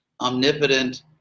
omnipotent